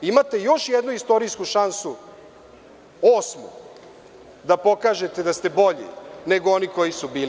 Imate još jednu istorijsku šansu osmu, da pokažete da ste bolji, nego oni koji su bili.